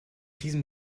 diesem